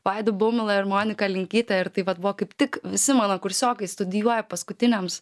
vaidu baumila ir monika linkyte ir tai vat buvo kaip tik visi mano kursiokai studijuoja paskutiniams